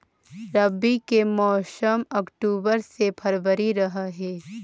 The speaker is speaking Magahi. रब्बी के मौसम अक्टूबर से फ़रवरी रह हे